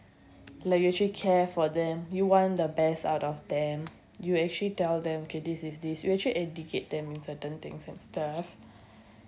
like you actually care for them you want the best out of them you actually tell them okay this is this you actually educate them in certain things and stuff